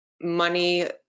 money